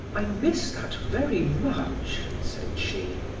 i miss that very much, said she.